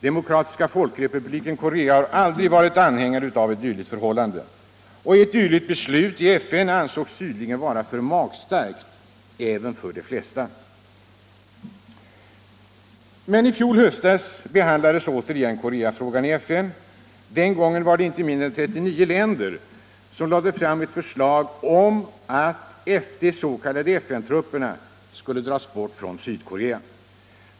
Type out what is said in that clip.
Demokratiska folkrepubliken Korea har aldrig varit anhängare av ett dylikt förhållande, och ett sådant beslut ansågs tydligen vara för magstarkt för de flesta. I fjol höstas behandlades återigen Koreafrågan i FN. Den gången var det inte mindre än 39 länder som lade fram ett förslag om att ”FN trupperna” skulle dras bort från Sydkorea.